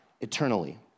eternally